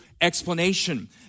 explanation